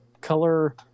color